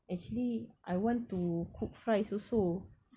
actually I want to cook fries also